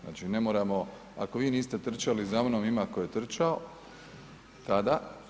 Znači ne moramo, ako vi niste trčali zamnom ima tko je trčao tada.